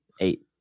eight